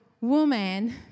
woman